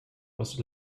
was